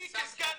תסיים בבקשה.